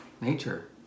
nature